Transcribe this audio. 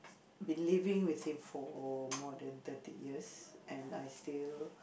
been living with him for more than thirty years and I still